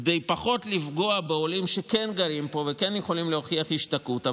פחות לפגוע בעולים שכן גרים פה וכן יכולים להוכיח השתקעות,